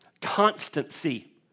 constancy